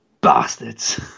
Bastards